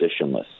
positionless